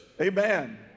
amen